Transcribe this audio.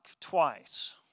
twice